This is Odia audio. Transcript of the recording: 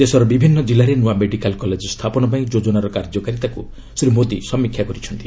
ଦେଶର ବିଭିନ୍ନ କିଲ୍ଲାରେ ନୂଆ ମେଡିକାଲ୍ କଲେଜ୍ ସ୍ଥାପନପାଇଁ ଯୋଜନାର କାର୍ଯ୍ୟକାରିତାକୁ ଶ୍ରୀ ମୋଦି ସମୀକ୍ଷା କରିଛନ୍ତି